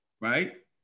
Right